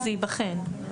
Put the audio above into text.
זה ייבחן.